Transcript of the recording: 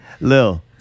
Lil